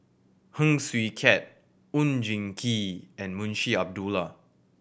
Heng Swee Keat Oon Jin Gee and Munshi Abdullah